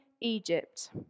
Egypt